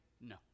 no